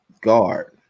guard